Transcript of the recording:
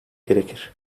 gerekir